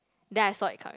then I saw it come